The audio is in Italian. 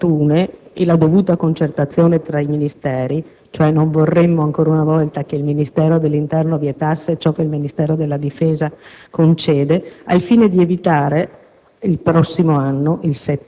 per adottare le misure più opportune e la dovuta concertazione tra i Ministeri (non vorremmo, cioè, ancora una volta, che il Ministero dell'interno vietasse ciò che il Ministero della difesa concede) al fine di evitare,